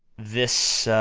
this,